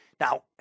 Now